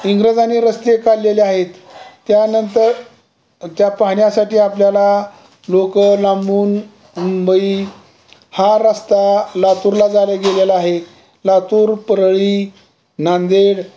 इंग्रजांनी रस्ते काढलेले आहेत त्यानंतर त्या पाहण्यासाठी आपल्याला लोकं लांबून मुंबई हा रस्ता लातूरला जायला गेलेला आहे लातूर परळी नांदेड